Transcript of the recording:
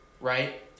right